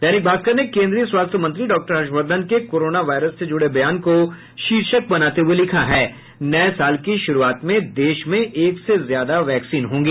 दैनिक भास्कर ने केन्द्रीय स्वास्थ्य मंत्री डॉक्टर हर्षवर्द्वन के कोरोना वायरस से ज़ुड़े बयान को शीर्षक बनते हुये लिखा है नये साल की श़ुरूआत में देश में एक से ज्यादा वैक्सीन होंगी